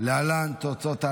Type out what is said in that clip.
אין ספק שאסתר הייתה,